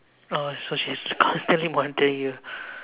oh so she's constantly monitoring you